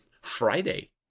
Friday